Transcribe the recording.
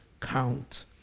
Count